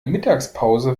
mittagspause